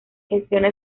gestiona